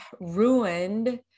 ruined